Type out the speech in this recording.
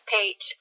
Page